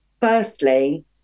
Firstly